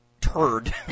turd